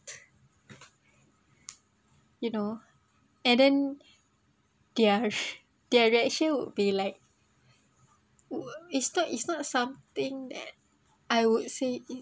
you know and then their sh~ their reaction would be like it's not it's not something that I would say it